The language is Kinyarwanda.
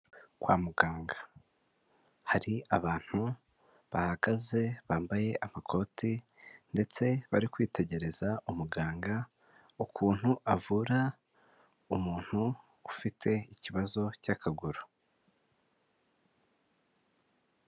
Kwa muganga hari abantu bahagaze bambaye amakoti ndetse bari kwitegereza umuganga ukuntu avura umuntu ufite ikibazo cy'akaguru.